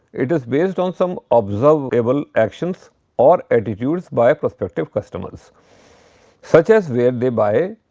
it is based on some observable actions or attitudes by prospective customers such as where they buy,